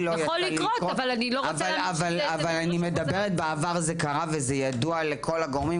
אבל זה קרה בעבר וזה היה ידוע לכל הגורמים,